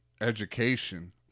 education